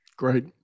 Great